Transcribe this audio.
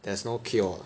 there's no cure